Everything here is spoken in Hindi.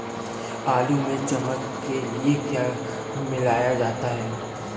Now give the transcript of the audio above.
आलू में चमक के लिए क्या मिलाया जाता है?